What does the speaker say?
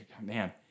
man